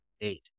eight